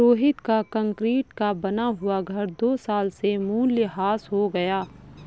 रोहित का कंक्रीट का बना हुआ घर दो साल में मूल्यह्रास हो गया